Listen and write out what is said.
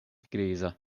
griza